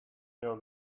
your